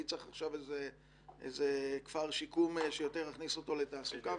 מי צריך עכשיו כפר שיקום שיכניס אותו לתעסוקה,